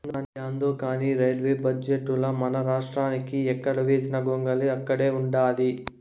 యాందో కానీ రైల్వే బడ్జెటుల మనరాష్ట్రానికి ఎక్కడ వేసిన గొంగలి ఆడే ఉండాది